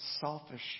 selfish